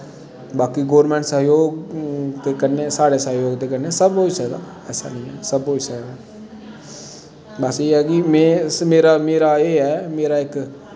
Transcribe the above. बाकी गौरमैंट सैह्योग दे कन्नै साढ़े सैह्योग दे कन्नै सब होई सकदा ऐसा निं ऐ सब होई सकदा बस एह् ऐ मेरा मेरा इक